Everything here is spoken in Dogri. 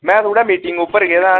मैं थोह्ड़ा मीटिंग उप्पर गेदा हा ना